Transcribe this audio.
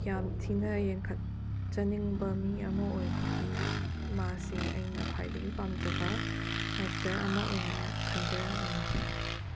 ꯌꯥꯝ ꯊꯤꯅ ꯌꯦꯡꯈꯠꯆꯅꯤꯡꯕ ꯃꯤ ꯑꯃ ꯑꯣꯏꯕꯒꯤ ꯃꯥꯁꯦ ꯑꯩꯅ ꯈ꯭ꯋꯥꯏꯗꯒꯤ ꯄꯥꯝꯖꯕ ꯑꯦꯛꯇꯔ ꯑꯃ ꯑꯣꯏꯅ ꯈꯟꯖꯅꯤꯡꯉꯦ